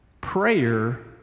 Prayer